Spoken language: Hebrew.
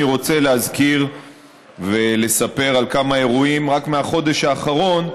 אני רוצה להזכיר ולספר על כמה אירועים רק מהחודש האחרון,